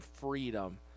freedom